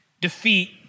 defeat